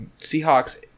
Seahawks